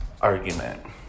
argument